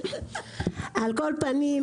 יודעת ----- על כול פנים,